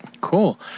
Cool